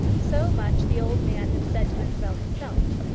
so much the old man had said to isabel himself.